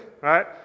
right